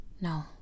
No